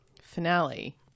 finale